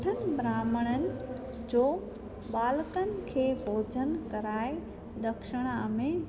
अठनि ब्राह्मणनि जो बालकनि खे भोॼनु कराए ॾखिणा में